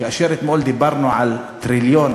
כאשר אתמול דיברנו על טריליון,